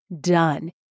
done